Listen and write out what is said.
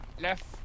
left